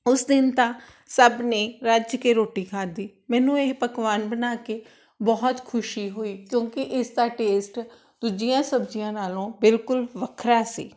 ਉਸ ਦਿਨ ਤਾਂ ਸਭ ਨੇ ਰੱਜ ਕੇ ਰੋਟੀ ਖਾਦੀ ਮੈਨੂੰ ਇਹ ਪਕਵਾਨ ਬਣਾ ਕੇ ਬਹੁਤ ਖੁਸ਼ੀ ਹੋਈ ਕਿਉਂਕਿ ਇਸਦਾ ਟੇਸਟ ਦੂਜੀਆਂ ਸਬਜ਼ੀਆਂ ਨਾਲੋਂ ਬਿਲਕੁਲ ਵੱਖਰਾ ਸੀ